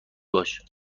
باش